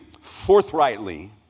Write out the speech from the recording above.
forthrightly